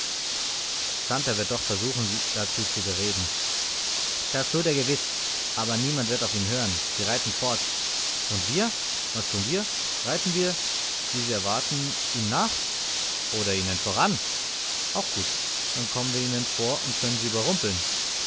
santer wird doch versuchen sie dazu zu bereden das tut er gewiß aber niemand wird auf ihn hören sie reiten fort und wir was tun da wir reiten wir wie sie erwarten ihnen nach oder ihnen voran auch gut da kommen wir ihnen vor und können sie überrumpeln